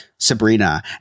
sabrina